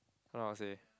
don't know how to say